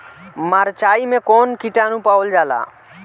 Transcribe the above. मारचाई मे कौन किटानु पावल जाला?